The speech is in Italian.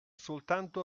soltanto